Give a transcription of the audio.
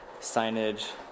signage